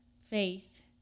faith